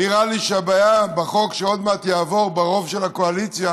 נראה לי שהבעיה בחוק שעוד מעט יעבור ברוב של הקואליציה